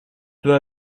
peut